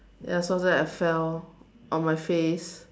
ya so after that I fell on my face